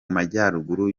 majyaruguru